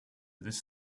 this